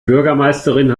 bürgermeisterin